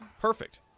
Perfect